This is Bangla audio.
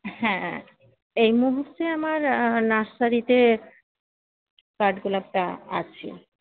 হ্যাঁ এই মুহুর্তে আমার নার্সারিতে কাঠগোলাপটা আছে